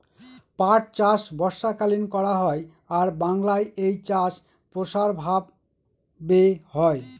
পাট চাষ বর্ষাকালীন করা হয় আর বাংলায় এই চাষ প্রসার ভাবে হয়